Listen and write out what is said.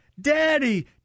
daddy